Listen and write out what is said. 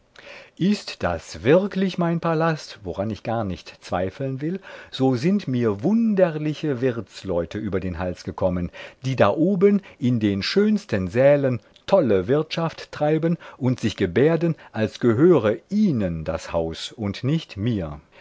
ist das wirklich mein palast woran ich gar nicht zweifeln will so sind mir wunderliche wirtsleute über den hals gekommen die da oben in den schönsten sälen tolle wirtschaft treiben und sich gebärden als gehöre ihnen das haus und nicht mir